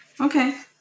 okay